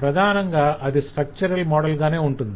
ప్రధానంగా అది structural model గానే ఉంటుంది